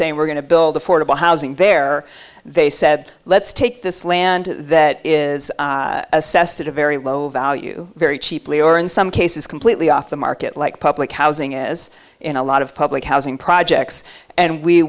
saying we're going to build affordable housing there they said let's take this land that is assessed at a very low value very cheaply or in some cases completely off the market like public housing is in a lot of public housing projects and we